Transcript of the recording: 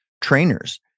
trainers